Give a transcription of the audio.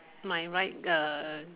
my right the